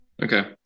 Okay